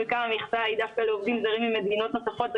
וכמה מהמכסה היא על עובדים זרים ממדינות אחרות.